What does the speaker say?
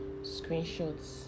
screenshots